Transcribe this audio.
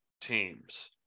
teams